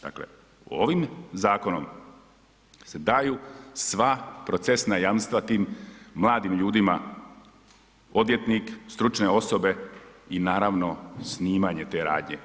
Dakle, ovim zakonom se daju sva procesna jamstva tim mladim ljudima, odvjetnik, stručne osobe i naravno snimanje te radnje.